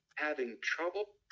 having trouble?